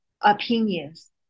opinions